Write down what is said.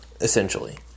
essentially